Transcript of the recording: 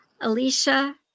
Alicia